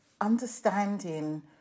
understanding